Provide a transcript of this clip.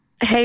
Hey